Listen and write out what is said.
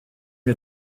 wir